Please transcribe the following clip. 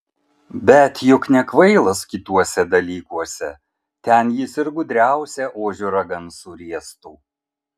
bet juk nekvailas kituose dalykuose ten jis ir gudriausią ožio ragan suriestų